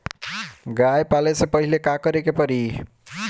गया पाले से पहिले का करे के पारी?